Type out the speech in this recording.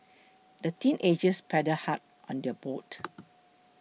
the teenagers paddled hard on their boat